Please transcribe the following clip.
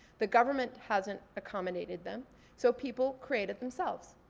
the government hasn't accommodated them so people create it themselves.